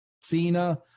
Cena